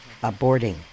aborting